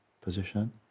position